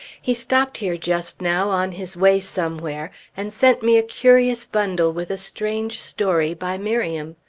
he stopped here just now on his way somewhere, and sent me a curious bundle with a strange story, by miriam.